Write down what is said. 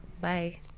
Bye